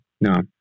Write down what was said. No